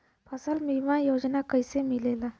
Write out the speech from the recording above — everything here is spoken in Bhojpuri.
फसल बीमा योजना कैसे मिलेला?